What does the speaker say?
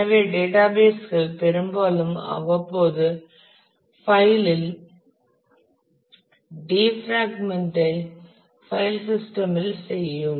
எனவே டேட்டாபேஸ் கள் பெரும்பாலும் அவ்வப்போது பைல் டிஃப்ராக்மெண்ட் ஐ பைல் சிஸ்டம்இல் செய்யும்